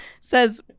says